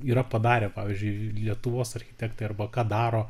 yra padarę pavyzdžiui lietuvos architektai arba ką daro